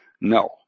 No